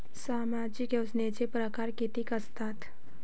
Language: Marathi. सामाजिक योजनेचे परकार कितीक असतात?